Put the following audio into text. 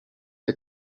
the